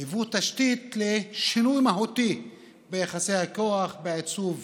היוו תשתית לשינוי מהותי ביחסי הכוח, בעיצוב